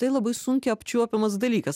tai labai sunkiai apčiuopiamas dalykas